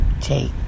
take